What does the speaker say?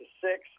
six